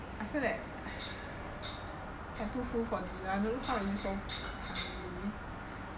I feel that I too full for dinner I don't know how you so hungry